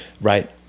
Right